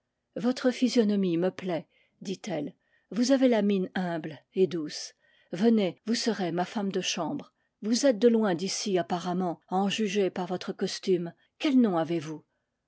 votre physionomie me plaît dit-elle vous avez la mine humble et douce venez vous serez ma femme de chambre vou êtes de loin d'ici apparemment à en juger par votre costume quel nom avez-vous